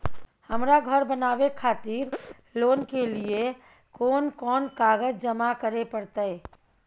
हमरा धर बनावे खातिर लोन के लिए कोन कौन कागज जमा करे परतै?